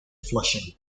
flushing